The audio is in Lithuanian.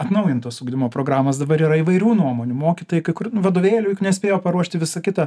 atnaujintos ugdymo programos dabar yra įvairių nuomonių mokytojai kai kur nu vadovėlių juk nespėjo paruošti visa kita